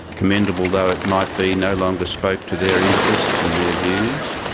commendable though it might be, no longer spoke to their interests and their views.